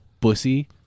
Bussy